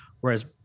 Whereas